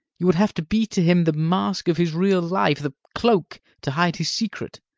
you would have to be to him the mask of his real life, the cloak to hide his secret.